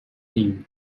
name